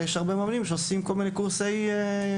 יש הרבה מאמנים שעושים כל מיני קורסי התפתחות,